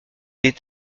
est